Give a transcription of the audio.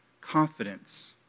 confidence